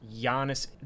Giannis